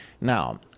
Now